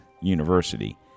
University